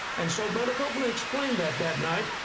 and so brother copeland explained that that night,